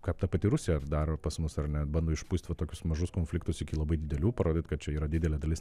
ką ta pati rusija daro pas mus ar ne bando išpūst va tokius mažus konfliktus iki labai didelių parodyt kad čia yra didelė dalis